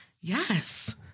Yes